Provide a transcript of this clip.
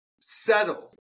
settle